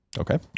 Okay